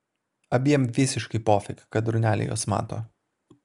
abiem visiškai pofik kad durneliai juos mato